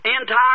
entire